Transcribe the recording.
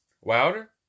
Wilder